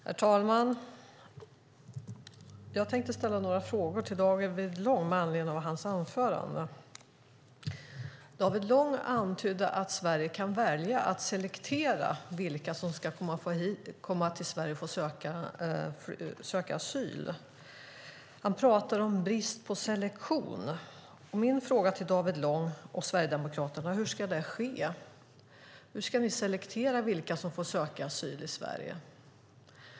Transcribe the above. Herr talman! Jag tänker ställa några frågor till David Lång med anledning av hans anförande. David Lång antydde att Sverige kan välja att selektera vilka som ska få komma till Sverige och söka asyl. Han pratar om brist på selektion. Min fråga till David Lång och Sverigedemokraterna är: Hur ska det ske? Hur ska ni selektera vilka som får söka asyl i Sverige?